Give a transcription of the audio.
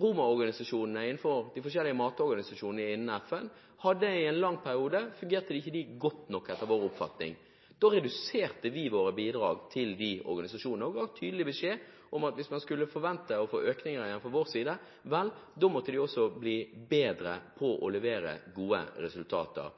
Roma-organisasjonene innen de forskjellige matorganisasjonene i FN: I en lang periode fungerte de etter vår oppfatning ikke godt nok. Da reduserte vi våre bidrag til disse organisasjonene og ga tydelig beskjed om at hvis de skulle forvente å få økninger igjen fra vår side, måtte de bli bedre på å levere gode resultater.